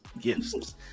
gifts